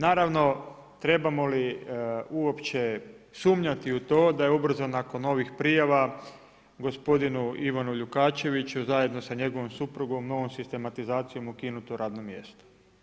Naravno, trebamo li uopće sumnjati u to da je ubrzo nakon ovih prijava gospodinu Ivanu Ljukačeviću zajedno sa njegovom suprugom novom sistematizacijom ukinuto radno mjesto.